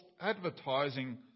advertising